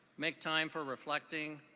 make time for reflecting,